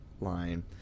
line